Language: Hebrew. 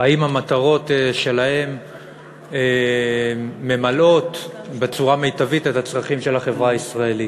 אם המטרות שלהם ממלאות בצורה מיטבית את הצרכים של החברה הישראלית.